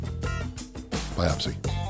Biopsy